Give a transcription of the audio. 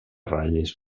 ratlles